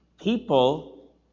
people